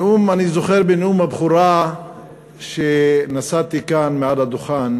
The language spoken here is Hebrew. אני זוכר שבנאום הבכורה שנשאתי כאן מעל הדוכן